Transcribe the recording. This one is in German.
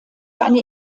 eine